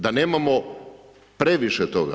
Da nemamo previše toga.